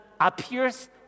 appears